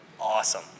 awesome